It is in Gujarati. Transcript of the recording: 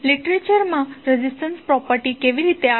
લિટરેચરમાં રેઝિસ્ટન્સ પ્રોપર્ટી કેવી રીતે આવી